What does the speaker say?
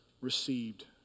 received